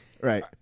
Right